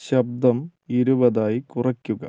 ശബ്ദം ഇരുപതായി കുറയ്ക്കുക